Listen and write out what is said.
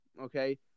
okay